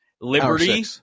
Liberty